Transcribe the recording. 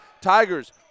Tigers